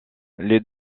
les